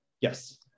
Yes